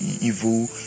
evil